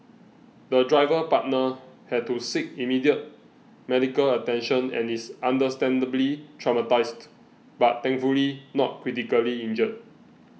the driver partner had to seek immediate medical attention and is understandably traumatised but thankfully not critically injured